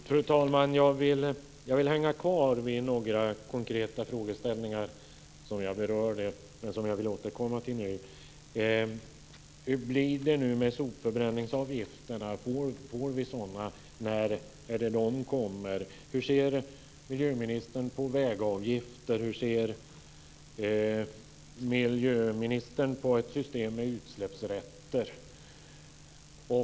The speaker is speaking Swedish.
Fru talman! Jag vill hänga kvar vid några konkreta frågeställningar som jag redan berört men som jag nu vill återkomma till. Hur blir det med sopförbränningsavgifterna? Får vi sådana när det här kommer? Hur ser miljöministern på vägavgifter och på ett system med utsläppsrätter?